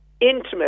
intimate